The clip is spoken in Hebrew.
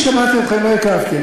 אני שמעתי אתכם ולא התערבתי.